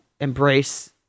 embrace